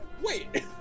wait